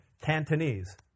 Cantonese